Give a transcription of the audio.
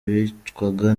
bicwaga